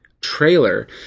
trailer